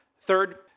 Third